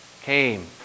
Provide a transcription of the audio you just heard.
came